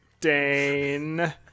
Dane